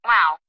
Wow